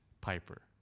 Piper